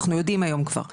אנחנו יודעים היום כבר שכן,